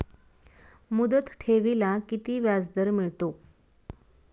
मुदत ठेवीला किती व्याजदर मिळतो?